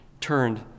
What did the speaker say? turned